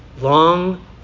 long